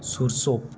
సూర్సో